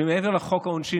מעבר לחוק העונשין,